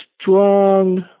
strong